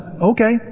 okay